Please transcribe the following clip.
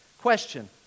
Question